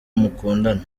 mukundana